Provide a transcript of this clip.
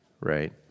right